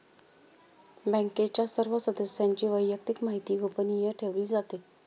बँकेच्या सर्व सदस्यांची वैयक्तिक माहिती गोपनीय ठेवली जाते